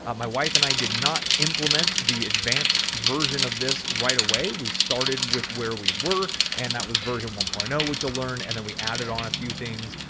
ah my wife and i did not implement the advanced version of this right away. we started with where we were and that was version one point zero, ah which will learn. and then we added on a few things.